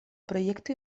proyecto